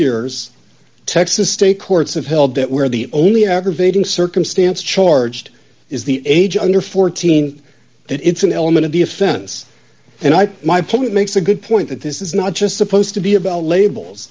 years texas state courts have held that where the only aggravating circumstance charged is the age under fourteen that it's an element of the offense and i my point makes a good point that this is not just supposed to be about labels